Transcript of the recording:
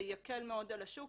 זה יקל מאוד על השוק.